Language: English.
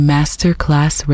Masterclass